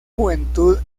juventud